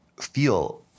feel